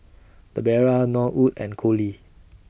Debera Norwood and Colie